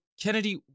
Kennedy